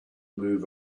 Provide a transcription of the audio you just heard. move